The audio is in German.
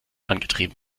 angetrieben